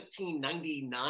1999